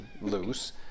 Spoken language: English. loose